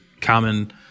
common